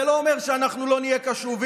זה לא אומר שאנחנו לא נהיה קשובים,